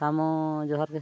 ᱥᱟᱢᱚ ᱡᱚᱦᱟᱨᱜᱮ